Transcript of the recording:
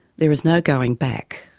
there is no going back.